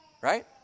right